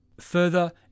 Further